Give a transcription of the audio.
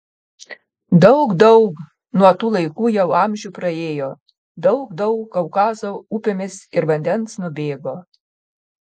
daug daug nuo tų laikų jau amžių praėjo daug daug kaukazo upėmis ir vandens nubėgo